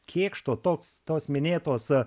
kėkšto toks tos minėtos